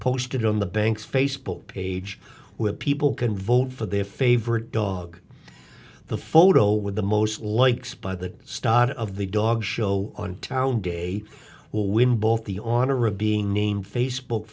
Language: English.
posted on the bank's facebook page where people can vote for their favorite dog the photo with the most likes by the start of the dog show on town day will win both the on or of being named facebook